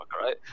right